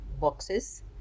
boxes